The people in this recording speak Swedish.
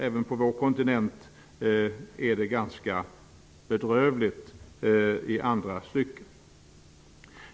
Även på vår kontinent är det ganska bedrövligt i andra stycken.